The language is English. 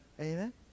Amen